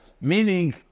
meaning